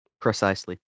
precisely